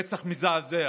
רצח מזעזע: